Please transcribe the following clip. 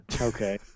Okay